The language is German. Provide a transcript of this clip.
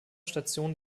stationen